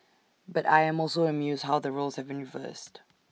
but I am also amused how the roles have been reversed